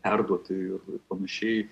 perduoti ir panašiai